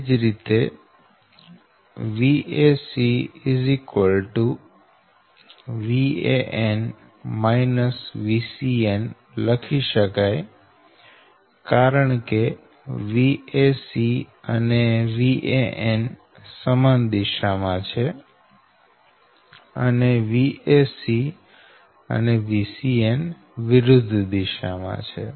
એ જ રીતે Vac Van Vcn લખી શકાય કારણકે Vac અને Van સમાન દિશામાં છે અને Vac અને Vcn વિરુદ્ધ દિશામાં છે